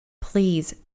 please